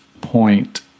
point